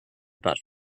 about